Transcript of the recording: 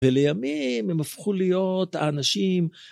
ולימים הם הפכו להיות האנשים